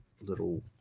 little